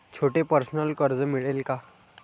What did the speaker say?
छोटे पर्सनल कर्ज मिळेल का?